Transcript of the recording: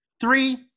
Three